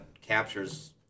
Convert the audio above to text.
captures